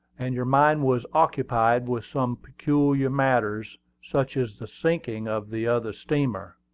and your mind was occupied with some peculiar matters, such as the sinking of the other steamer.